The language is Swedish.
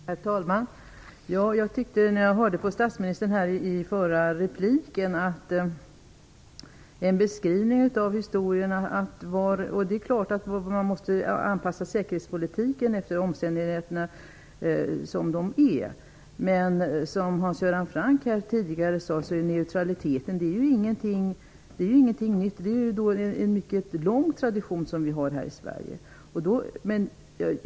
Herr talman! Jag tyckte när jag hörde statsministerns beskrivning av historien i det förra anförandet att det var klart att man måste anpassa säkerhetspolitiken efter omständigheterna. Men som Hans Göran Franck sade tidigare är neutraliteten ingenting nytt. Vi har en mycket lång sådan tradition här i Sverige.